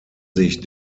sich